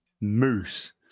moose